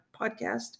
podcast